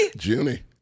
Junie